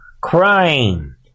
crime